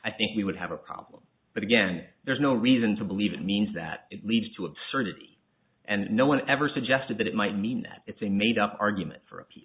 i think we would have a problem but again there's no reason to believe it means that it leads to absurdity and no one ever suggested that it might mean that it's a made up argument for a